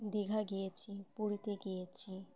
দীঘা গিয়েছি পুরীতে গিয়েছি